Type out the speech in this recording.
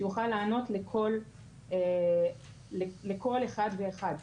שיוכל לענות לכל אחד ואחד.